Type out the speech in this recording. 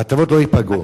ההטבות לא ייפגעו.